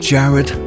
Jared